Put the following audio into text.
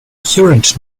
current